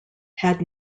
had